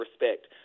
respect